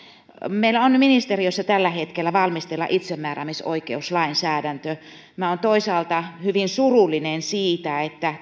meillä on ministeriössä tällä hetkellä valmisteilla itsemääräämisoikeuslainsäädäntö olen toisaalta hyvin surullinen siitä että